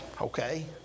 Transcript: Okay